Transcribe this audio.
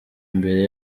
imbere